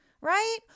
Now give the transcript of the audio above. right